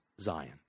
Zion